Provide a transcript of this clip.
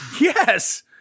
Yes